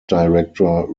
director